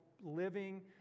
living